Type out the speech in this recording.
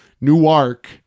Newark